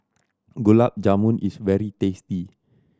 Gulab Jamun is very tasty